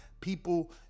people